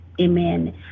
amen